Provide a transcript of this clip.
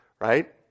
right